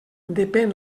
depèn